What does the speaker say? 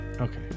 Okay